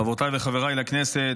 חברותיי וחבריי לכנסת,